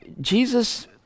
Jesus